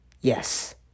Yes